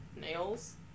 nails